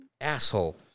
asshole